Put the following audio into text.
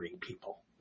people